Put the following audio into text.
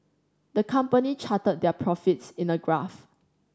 the company charted their profits in a graph